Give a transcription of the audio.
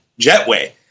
jetway